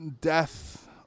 death